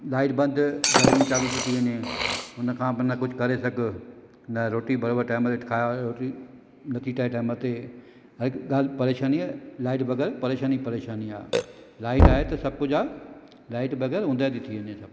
light बंदि गरमी चालू थी थी वञे हुनखां पोइ न कुझु करे सघु न रोटी बराबरि टाइम ते खा रोटी नथी ठहे टाइम ते हर हिकु ॻाल्हि परेशानी आहे लाइट बग़ैर परेशानी परेशानी आहे लाइट आहे त सभु कुझु आहे लाइट बग़ैर ऊंदहि थी थी वञे सभु